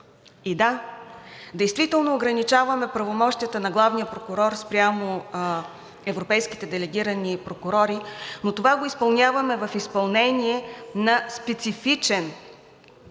И да, действително ограничаваме правомощията на главния прокурор спрямо европейските делегирани прокурори, но това го изпълняваме в изпълнение на специфичен текст